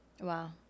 Wow